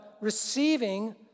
receiving